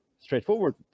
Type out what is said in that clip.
straightforward